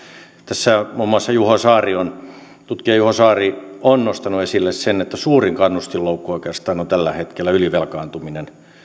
tässä muun muassa tutkija juho saari on nostanut esille sen että suurin kannustinloukku oikeastaan tällä hetkellä on ylivelkaantuminen meillä